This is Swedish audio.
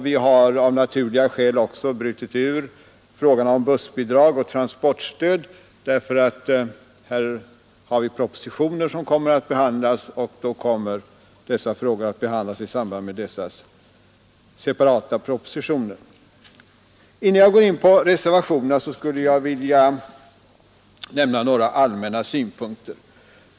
Vi har av naturliga skäl också brutit ut frågan om bussbidrag och transportstöd, därför att dessa frågor kommer att behandlas i samband med separata propositioner. Innan jag går in på reservationerna skulle jag vilja anföra några allmänna synpunkter.